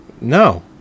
No